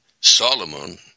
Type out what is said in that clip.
Solomon